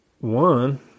one